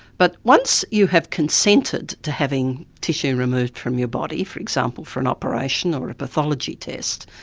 but once you have consented to having tissue removed from your body for example for an operation, or a pathology test,